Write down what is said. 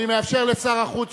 אני מאפשר לשר החוץ,